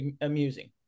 amusing